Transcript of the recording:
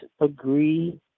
agree